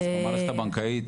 אז המערכת הבנקאית,